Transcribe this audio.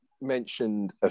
mentioned